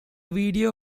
video